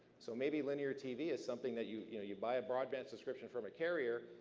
so maybe linear tv is something that you you know you buy a broadband subscription from a carrier,